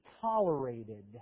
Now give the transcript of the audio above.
tolerated